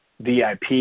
VIP